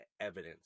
evidence